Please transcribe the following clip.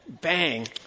Bang